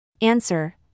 Answer